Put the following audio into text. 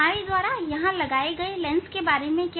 हमारे द्वारा यहां लगाए गए लेंस के बारे में क्या